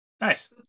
Nice